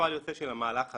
כפועל יוצא של המהלך הזה,